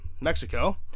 Mexico